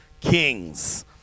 kings